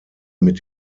mit